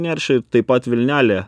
neršia taip pat vilnelė